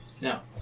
Now